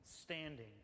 standing